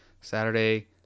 Saturday